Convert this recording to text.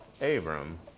Abram